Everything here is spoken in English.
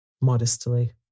modestly